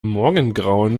morgengrauen